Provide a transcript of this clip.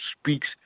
speaks